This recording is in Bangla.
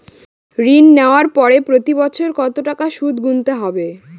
ঋণ নেওয়ার পরে প্রতি বছর কত টাকা সুদ গুনতে হবে?